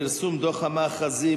פרסום דוח המאחזים,